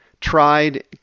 tried